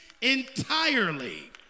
entirely